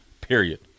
period